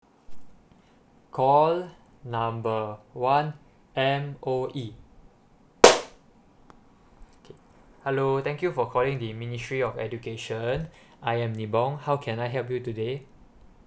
call number one M_O_E okay hello thank you for calling the ministry of education I am nibong how can I help you today